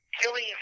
Killing